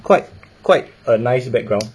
quite quite a nice background